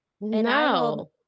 no